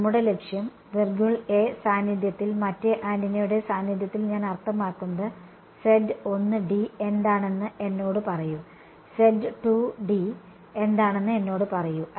നമ്മളുടെ ലക്ഷ്യം സാന്നിധ്യത്തിൽ മറ്റേ ആന്റിനയുടെ സാന്നിധ്യത്തിൽ ഞാൻ അർത്ഥമാക്കുന്നത് എന്താണെന്ന് എന്നോട് പറയൂ എന്താണെന്ന് എന്നോട് പറയൂ